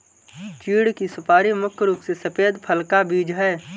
चीढ़ की सुपारी मुख्य रूप से सफेद फल का बीज है